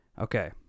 Okay